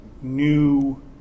new